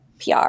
PR